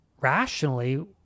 rationally